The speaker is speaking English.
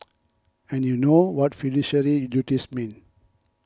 and you know what fiduciary duties mean